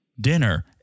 dinner